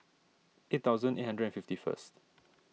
eight thousand eight hundred and fifty first